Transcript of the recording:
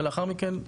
ולאחר מכן,